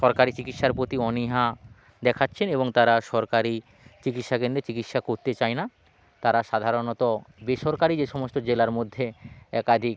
সরকারি চিকিৎসার প্রতি অনীহা দেখাচ্ছেন এবং তারা সরকারি চিকিৎসা কেন্দ্রে চিকিৎসা করতে চায় না তারা সাধারণত বেসরকারি যে সমস্ত জেলার মধ্যে একাধিক